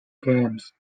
games